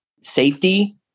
Safety